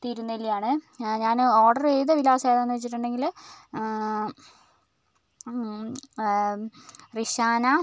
തിരുനെല്ലിയാണ് ഞാൻ ഓർഡർ ചെയ്ത വിലാസം ഏതാണെന്ന് വെച്ചിട്ടുണ്ടെങ്കിൽ റിഷാന